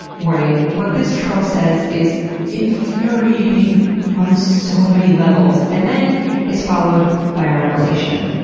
warning, what this troll says is infuriating on so many levels and then is followed by a revelation.